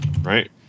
right